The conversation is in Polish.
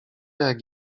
jak